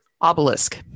obelisk